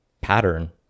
pattern